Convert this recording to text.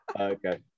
Okay